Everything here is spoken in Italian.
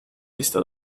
vista